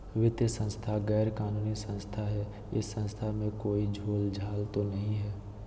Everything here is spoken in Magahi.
वित्तीय संस्था गैर कानूनी संस्था है इस संस्था में कोई झोलझाल तो नहीं है?